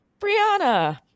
Brianna